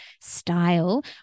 style